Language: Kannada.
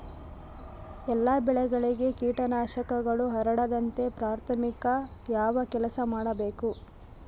ಎಲ್ಲ ಬೆಳೆಗಳಿಗೆ ಕೇಟನಾಶಕಗಳು ಹರಡದಂತೆ ಪ್ರಾಥಮಿಕ ಯಾವ ಕೆಲಸ ಮಾಡಬೇಕು?